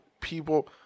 people